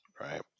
right